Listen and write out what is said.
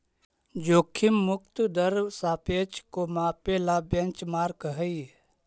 जोखिम मुक्त दर सापेक्ष को मापे ला बेंचमार्क हई